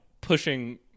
pushing